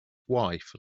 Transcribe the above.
wife